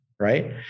right